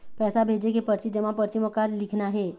पैसा भेजे के परची जमा परची म का लिखना हे?